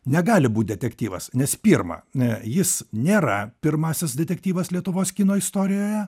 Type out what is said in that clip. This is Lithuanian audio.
negali būt detektyvas nes pirma jis nėra pirmąsias detektyvas lietuvos kino istorijoje